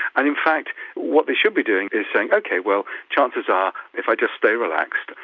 and in fact what they should be doing is saying, okay, well, chances are if i just stay relaxed,